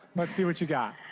let's see what you got.